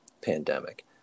pandemic